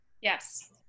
Yes